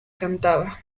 cantaba